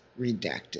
redacted